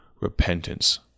repentance